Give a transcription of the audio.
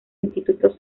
instituto